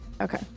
okay